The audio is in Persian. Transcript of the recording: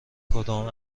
کدام